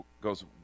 goes